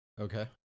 Okay